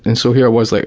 and so here i was, like